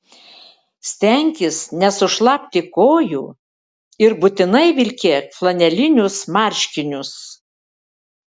stenkis nesušlapti kojų ir būtinai vilkėk flanelinius marškinius